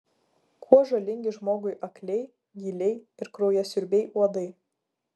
kuo žalingi žmogui akliai gyliai ir kraujasiurbiai uodai